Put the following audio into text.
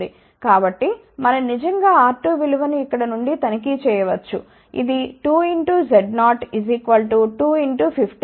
కాబట్టి మనం నిజంగా R2 విలువ ను ఇక్కడ నుండి తనిఖీ చేయవచ్చు ఇది 2 Z0 2 50 100సంఖ్యా విలువ k 10